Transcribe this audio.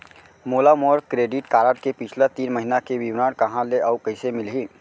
मोला मोर credit card के पिछला तीन महीना के विवरण कहाँ ले अऊ कइसे मिलही?